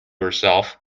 herself